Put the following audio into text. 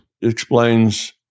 explains